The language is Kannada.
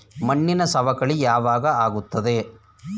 ಮಣ್ಣಿನ ಸವಕಳಿ ಯಾವಾಗ ಆಗುತ್ತದೆ?